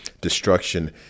destruction